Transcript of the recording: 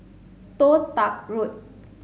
Toh Tuck Road